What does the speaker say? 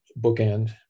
bookend